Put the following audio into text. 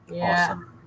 Awesome